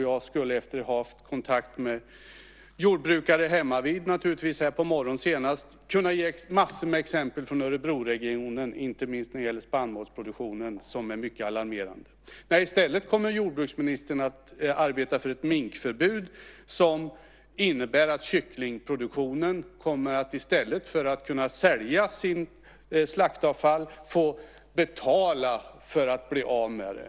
Efter att ha haft kontakt med jordbrukare hemmavid senast nu på morgonen skulle jag kunna ge massor med exempel från Örebroregionen, inte minst vad gäller spannmålsproduktionen, som är mycket alarmerande. Men nu kommer jordbruksministern att arbeta för ett minkförbud som innebär att kycklingproducenterna, i stället för att kunna sälja sitt slaktavfall, kommer att få betala för att bli av med det.